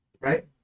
Right